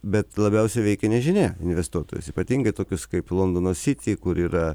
bet labiausiai veikia nežinia investuotojus ypatingai tokius kaip londono sity kur yra